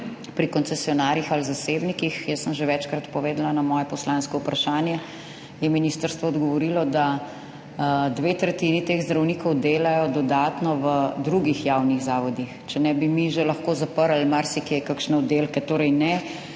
pri koncesionarjih ali zasebnikih. Jaz sem že večkrat povedala, na moje poslansko vprašanje je ministrstvo odgovorilo, da dve tretjini teh zdravnikov delajo dodatno v drugih javnih zavodih, če ne bi mi že lahko zaprli marsikje kakšne oddelke. Torej, ne